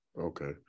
Okay